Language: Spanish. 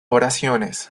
oraciones